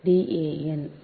D a n